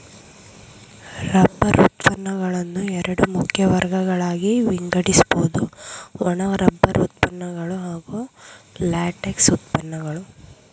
rubber ಉತ್ಪನ್ನಗಳನ್ನು ಎರಡು ಮುಖ್ಯ ವರ್ಗಗಳಾಗಿ ವಿಂಗಡಿಸ್ಬೋದು ಒಣ ರಬ್ಬರ್ ಉತ್ಪನ್ನಗಳು ಹಾಗೂ ಲ್ಯಾಟೆಕ್ಸ್ ಉತ್ಪನ್ನಗಳು